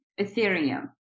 ethereum